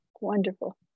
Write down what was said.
Wonderful